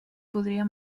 podria